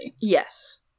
Yes